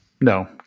No